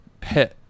pet